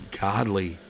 godly